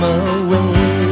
away